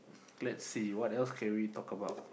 lets see what else can we talk about